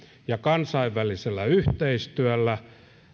ja kansainvälisellä yhteistyöllä